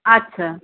আচ্ছা